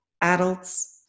adults